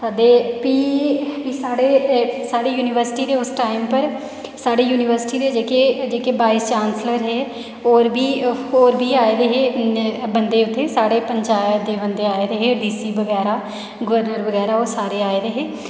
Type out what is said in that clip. ते प्ही साढ़े युनिवर्सिटी दे उस दिन पर साढ़ी युनिवर्सिटी दे जेह्के जेह्के वाईस चांसलर हे होर बी होर बी आए दे हे बंदे उत्थै पंचायत दे बंदे आए दे हे डीसी बगैरा गवर्नर बगैरा ओह् सारे आए दे हे